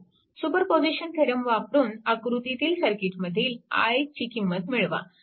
superposition theorem वापरून आकृतीतील सर्किटमधील i ची किंमत मिळवा